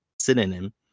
synonym